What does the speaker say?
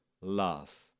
love